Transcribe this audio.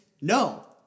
No